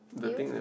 you